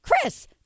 Chris